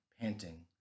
panting